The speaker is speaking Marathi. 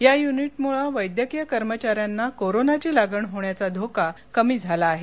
या युनिटमुळे वैद्यकीय कर्मचाऱ्यांना कोरोनाची लागण होण्याचा धोका कमी झाला आहे